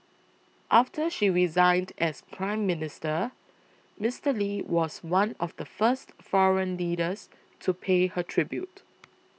after she resigned as Prime Minister Mister Lee was one of the first foreign leaders to pay her tribute